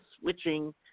switching